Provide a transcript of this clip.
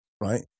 right